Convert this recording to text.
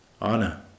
Anna